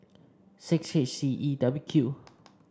six H C E W Q